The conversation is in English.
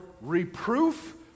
reproof